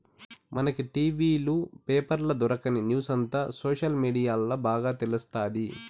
మనకి టి.వీ లు, పేపర్ల దొరకని న్యూసంతా సోషల్ మీడియాల్ల బాగా తెలుస్తాది